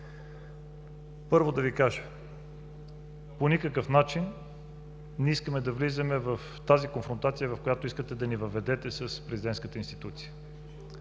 Първо, да Ви кажа по никакъв начин не искаме да влизаме в тази конфронтация, в която искате да ни въведете с президентската институция,